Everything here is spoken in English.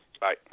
Bye